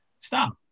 stop